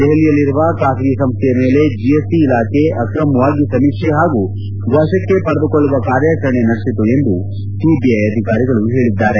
ದೆಹಲಿಯಲ್ಲಿರುವ ಖಾಸಗಿ ಸಂಸ್ಥೆಯ ಮೇಲೆ ಜಿಎಸ್ಟ ಇಲಾಖೆ ಅಕ್ರಮವಾಗಿ ಸಮೀಕ್ಷೆ ಹಾಗೂ ವಶಕ್ಷೆ ಪಡೆದುಕೊಳ್ಳುವ ಕಾರ್ಯಾಚರಣೆ ನಡೆಸಿತು ಎಂದು ಸಿಬಿಐ ಅಧಿಕಾರಿಗಳು ಹೇಳಿದ್ದಾರೆ